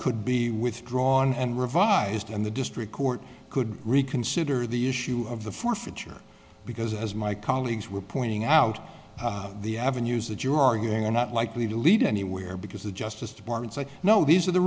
could be withdrawn and revised and the district court could reconsider the issue of the forfeiture because as my colleagues were pointing out the avenues that you're arguing are not likely to lead anywhere because the justice department's i know these are the